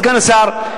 סגן השר,